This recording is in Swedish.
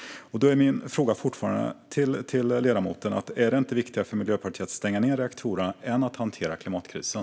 Min fråga till ledamoten är fortfarande: Är det viktigare för Miljöpartiet att stänga reaktorerna än att hantera klimatkrisen?